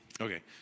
Okay